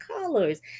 colors